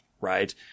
Right